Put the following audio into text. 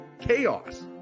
chaos